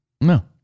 No